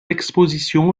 exposition